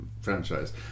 franchise